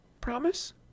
Promise